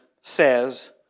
says